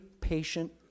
patient